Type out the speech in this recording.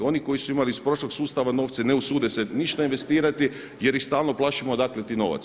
Oni koji su imali iz prošlog sustava novce ne usude se ništa investirati jer ih stalno plašimo odakle ti novac.